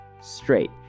straight